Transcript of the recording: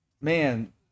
man